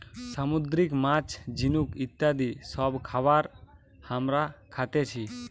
সামুদ্রিক মাছ, ঝিনুক ইত্যাদি সব খাবার হামরা খাতেছি